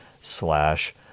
slash